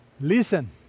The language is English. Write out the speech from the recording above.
Listen